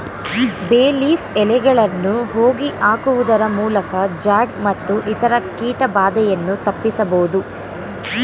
ಬೇ ಲೀಫ್ ಎಲೆಗಳನ್ನು ಹೋಗಿ ಹಾಕುವುದರಮೂಲಕ ಜಾಡ್ ಮತ್ತು ಇತರ ಕೀಟ ಬಾಧೆಯನ್ನು ತಪ್ಪಿಸಬೋದು